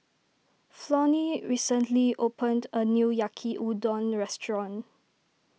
Flonnie recently opened a new Yaki Udon restaurant